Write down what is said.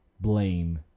blame